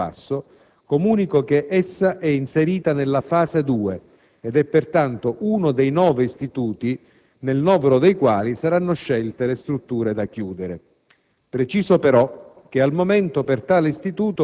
Per quanto riguarda, in particolare, la Scuola di Campobasso, comunico che essa è inserita nella «fase due» ed è pertanto uno dei nove istituti nel novero dei quali saranno scelte le strutture da chiudere.